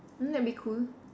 won't that be cool